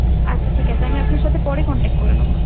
আচ্ছা ঠিক আছে আমি আপনার সাথে পরে কন্ট্যাক্ট করে নেব